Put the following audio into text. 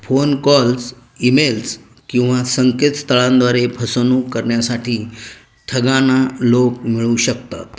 phone calls emails किंवा संकेतस्थळांद्वारे फसवणूक करण्यासाठी ठगांना लोक मिळू शकतात